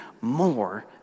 more